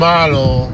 Model